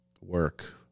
work